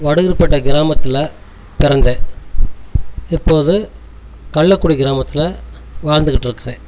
வடையூர் பேட்டை கிராமத்தில் பிறந்தேன் இப்போது கள்ளக்குடி கிராமத்தில் வாழ்த்துக்கிட்டு இருக்கேன்